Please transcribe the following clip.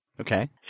Okay